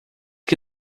que